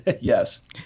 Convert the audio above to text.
Yes